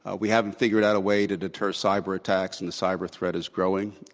ah we haven't figured out a way to deter cyber attacks. and the cyber threat is growing.